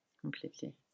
Completely